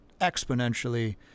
exponentially